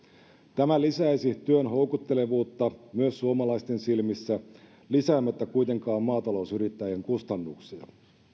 tämä lisäisi työn houkuttelevuutta myös suomalaisten silmissä lisäämättä kuitenkaan maatalousyrittäjien kustannuksia